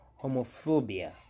homophobia